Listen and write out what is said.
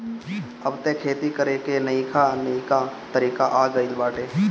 अब तअ खेती करे कअ नईका नईका तरीका आ गइल बाटे